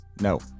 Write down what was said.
No